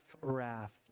raft